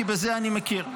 כי את זה אני מכיר.